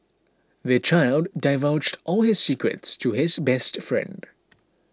the child divulged all his secrets to his best friend